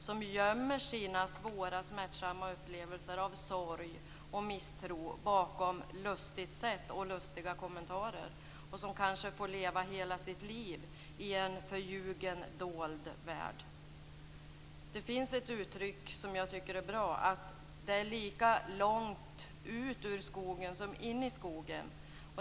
Han gömmer sina svåra smärtsamma upplevelser av sorg och misstro bakom lustigt sätt och lustiga kommentarer och får kanske leva hela sitt liv i en förljugen dold värld. Det finns ett uttryck som jag tycker är bra: Det är lika långt ut ur skogen som in i skogen.